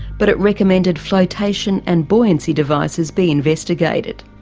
but it recommended flotation and buoyancy devices be investigated.